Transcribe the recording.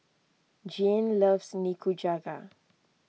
Jeanne loves Nikujaga